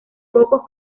cocos